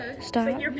Stop